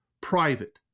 private